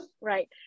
Right